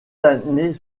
années